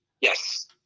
Yes